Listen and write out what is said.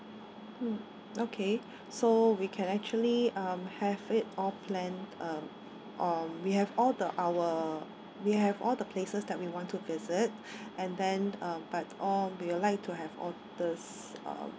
mm okay so we can actually have it all planed or we have all the our we have all the places that we want to visit and then uh but all we'll like to have all this uh